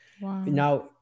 Now